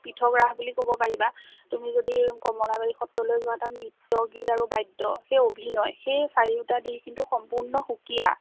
পৃথক ৰাস বুলি ক'ব পাৰিবা তুমি যদি কমলাবাৰী সত্ৰলৈ যোৱা তাত নৃত্য গীত আৰু বাদ্য সেই অভিনয় সেই চাৰিওটা দিশ কিন্তু সম্পূৰ্ণ সুকীয়া